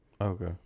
Okay